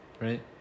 right